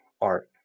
art